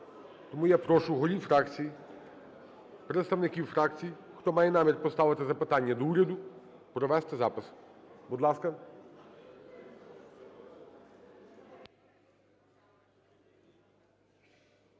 Тому я прошу голів фракцій, представників фракцій, хто має намір поставити запитання до уряду, провести запис. Будь ласка.